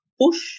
push